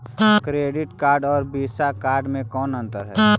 Credit card और Visa card मे कौन अन्तर है?